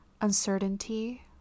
uncertainty